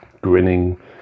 grinning